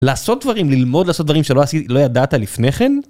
לעשות דברים, ללמוד לעשות דברים שלא ידעת לפני כן?